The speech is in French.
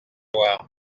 loire